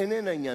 הוא